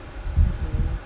mmhmm